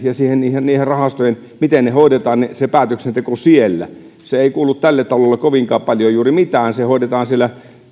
ja ne rahastot ja sen miten päätöksenteko hoidetaan siellä sehän ei kuulu tälle talolle kovinkaan paljon juuri mitään päätöksenteko hoidetaan siellä